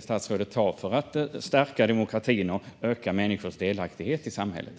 statsrådet avser att ta för att stärka demokratin och öka människors delaktighet i samhället.